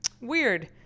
weird